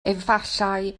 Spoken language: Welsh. efallai